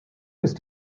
ist